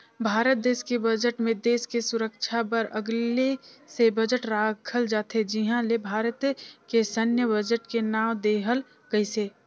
भारत देस के बजट मे देस के सुरक्छा बर अगले से बजट राखल जाथे जिहां ले भारत के सैन्य बजट के नांव देहल गइसे